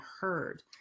heard